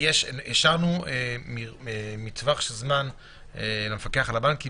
השארנו טווח של זמן למפקח על הבנקים,